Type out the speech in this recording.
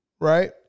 right